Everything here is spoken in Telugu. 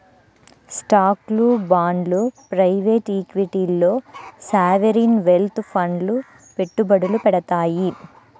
స్టాక్లు, బాండ్లు ప్రైవేట్ ఈక్విటీల్లో సావరీన్ వెల్త్ ఫండ్లు పెట్టుబడులు పెడతాయి